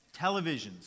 televisions